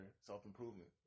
self-improvement